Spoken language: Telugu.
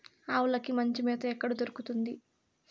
ఆవులకి మంచి మేత ఎక్కడ దొరుకుతుంది?